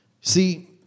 See